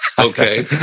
Okay